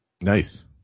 Nice